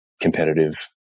competitive